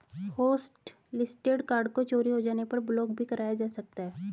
hotlisted card को चोरी हो जाने पर ब्लॉक भी कराया जा सकता है